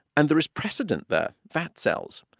and there is precedent there fat cells.